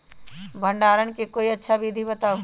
भंडारण के कोई अच्छा विधि बताउ?